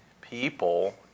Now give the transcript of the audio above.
people